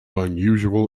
unusual